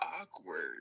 awkward